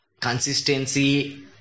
consistency